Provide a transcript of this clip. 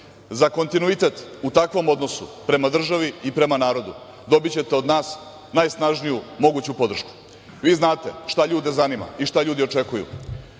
za kontinuitet u takvom odnosu prema državi i prema narodu dobićete od nas najsnažniju moguću podršku. Znate šta ljude zanima i šta ljudi očekuju.